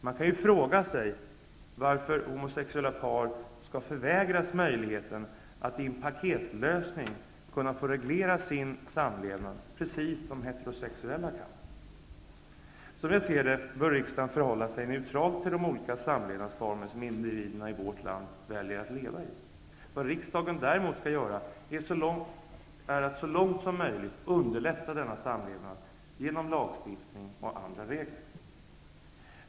Man kan fråga sig varför homosexuella par skall förvägras möjligheten att i en paketlösning kunna reglera sin samlevnad, precis som heterosexuella kan. Som jag ser det bör riksdagen förhålla sig neutral till de olika samlevnadsformer som individerna i vårt land väljer att leva i. Vad riksdagen däremot skall göra är att så långt som möjligt underlätta denna samlevnad genom lagstiftning och andra regler.